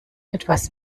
etwas